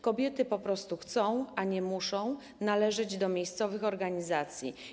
Kobiety po prostu chcą, a nie muszą należeć do miejscowych organizacji.